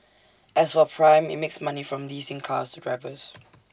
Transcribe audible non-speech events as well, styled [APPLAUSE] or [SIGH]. as for prime IT makes money from leasing cars to drivers [NOISE]